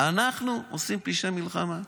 אנחנו עושים פשעי מלחמה?